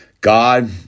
God